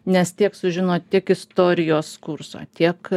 nes tiek sužino tik istorijos kurso tiek